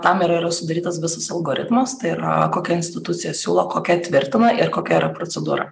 tam ir yra sudarytas visas algoritmas tai yra kokia institucija siūlo kokia tvirtina ir kokia yra procedūra